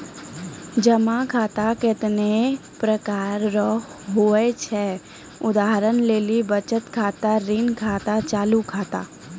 जमा खाता कतैने प्रकार रो हुवै छै उदाहरण लेली बचत खाता ऋण खाता चालू खाता